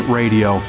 radio